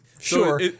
Sure